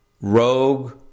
rogue